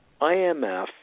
IMF